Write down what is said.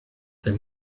there